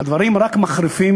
הדברים רק מחריפים.